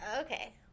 Okay